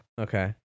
Okay